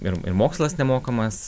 ir ir mokslas nemokamas